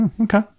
Okay